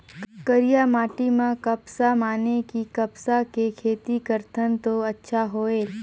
करिया माटी म कपसा माने कि कपास के खेती करथन तो अच्छा होयल?